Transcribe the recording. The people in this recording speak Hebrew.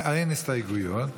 אין הסתייגויות,